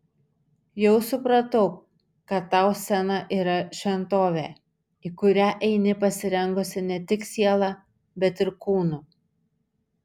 jau supratau kad tau scena yra šventovė į kurią eini pasirengusi ne tik siela bet ir kūnu